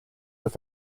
were